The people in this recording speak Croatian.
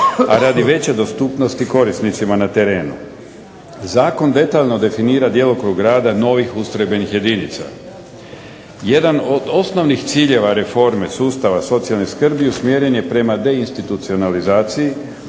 a radi veće dostupnosti korisnicima na terenu. Zakon detaljno definira djelokrug rada novih ustrojbenih jedinica. Jedan od osnovnih ciljeva Reforme sustava socijalne skrbi usmjeren je prema deinstitucionalizaciji